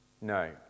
No